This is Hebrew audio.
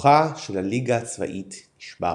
כוחה של הליגה הצבאית נשבר.